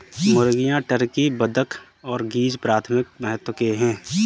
मुर्गियां, टर्की, बत्तख और गीज़ प्राथमिक महत्व के हैं